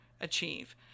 achieve